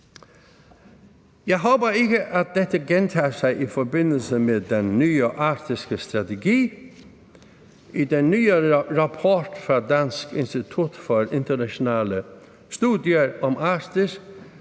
Jeg håber ikke, at dette gentager sig i forbindelse med den nye arktiske strategi. I den nye rapport fra Dansk Institut for Internationale Studier om Arktis